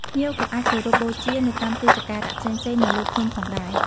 ភ្ញៀវក៏អាចគោរពបូជានៅតាមទីសក្ការៈផ្សេងៗនៅលើភ្នំផងដែរ។